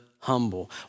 humble